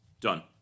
Done